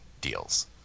deals